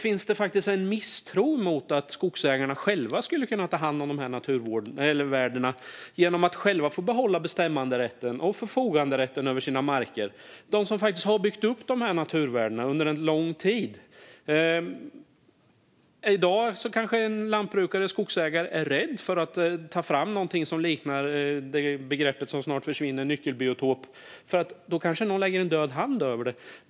Finns det faktiskt en misstro mot att skogsägarna själva skulle kunna ta hand om naturvärdena genom att få behålla bestämmanderätten och förfoganderätten över sina marker? Det är de som har byggt upp de här naturvärdena under lång tid. I dag kanske en lantbrukare eller skogsägare är rädd för att ta fram något som liknar det som snart försvinner som begrepp, en nyckelbiotop, för då kanske någon lägger en död hand över det.